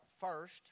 first